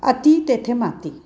अती तेथे माती